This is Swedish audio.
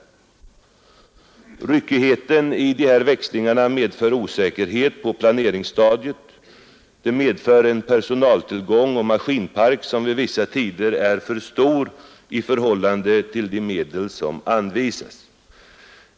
Ryckigheten i dessa växlingar medför osäkerhet på planeringsstadiet. Den medför en personalorganisation och maskinpark som vid vissa tider är för stor i förhållande till de medel som anvisas.